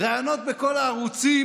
ראיונות בכל הערוצים,